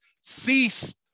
cease